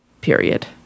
period